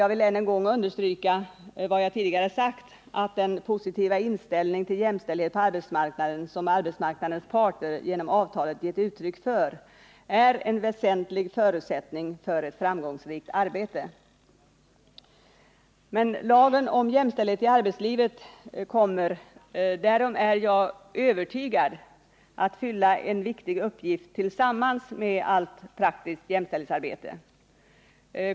Jag vill gärna understryka vad jag tidigare sagt, nämligen att den positiva inställning till jämställdhet på arbetsmarknaden som arbetsmarknadens parter genom avtalen gett uttryck för är en väsentlig förutsättning för ett framgångsrikt arbete. Men lagen om jämställdhet i arbetslivet kommer — därom är jag övertygad — att fylla en viktig uppgift tillsammans med allt praktiskt jämställdhetsarbete.